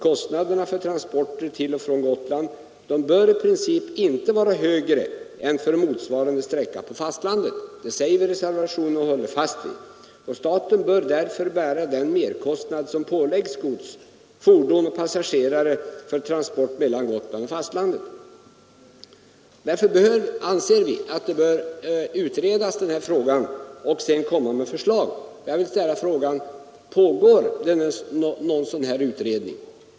Kostnaderna för transporter till och från Gotland bör i princip inte vara högre än för motsvarande sträcka på fastlandet. Detta säger vi i reservationen, och vi håller fast vid det. Staten bör därför bära den merkostnad som påläggs gods, fordon och passagerare för transport mellan Gotland och fastlandet. Av den anledningen anser vi att denna fråga bör utredas och att förslag sedan bör läggas fram. Jag vill ställa frågan: Pågår någon sådan här utredning?